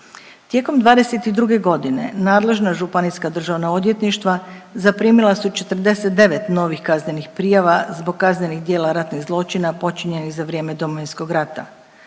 Tijekom '22. godine nadležna županijska državna odvjetništva zaprimila su 49 novih kaznenih prijava zbog kaznenih djela ratnih zločina počinjenih za vrijeme Domovinskog rata.